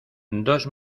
dos